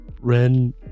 Ren